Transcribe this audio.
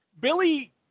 Billy